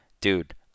dude